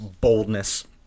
boldness